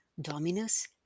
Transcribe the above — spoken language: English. Dominus